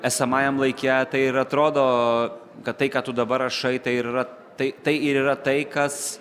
esamajam laike tai ir atrodo kad tai ką tu dabar rašai tai ir yra tai tai ir yra tai kas